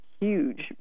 huge